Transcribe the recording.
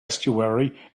estuary